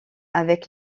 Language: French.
avec